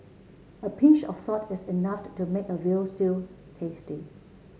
a pinch of salt is enough to make a veal stew tasty